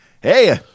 Hey